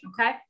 okay